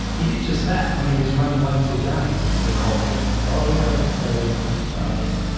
he did just that when he was running late to a game. they called me, and i'm like, oh yeah i'm at the stadium because i was driving.